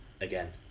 again